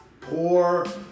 poor